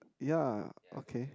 ya okay